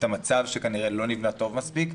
המצב שכנראה לא נבנה טוב מספיק,